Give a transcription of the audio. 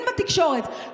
כן בתקשורת,